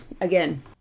again